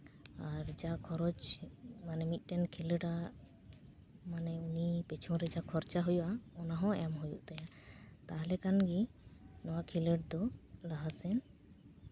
ᱟᱨ ᱡᱟ ᱠᱷᱚᱨᱚᱪ ᱢᱟᱱᱮ ᱢᱤᱫᱴᱮᱱ ᱠᱷᱮᱞᱳᱰᱟᱜ ᱢᱟᱱᱮ ᱩᱱᱤ ᱯᱤᱪᱷᱚᱱ ᱨᱮ ᱡᱟ ᱠᱷᱚᱨᱪᱟ ᱦᱩᱭᱩᱜᱼᱟ ᱚᱱᱟ ᱦᱚᱸ ᱮᱢ ᱦᱩᱭᱩᱜ ᱛᱟᱭᱟ ᱛᱟᱦᱞᱮ ᱠᱷᱟᱱᱜᱮ ᱱᱚᱣᱟ ᱠᱷᱮᱞᱳᱰ ᱫᱚ ᱞᱟᱦᱟ ᱥᱮᱱ